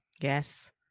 yes